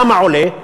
למה עולה?